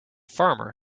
farmer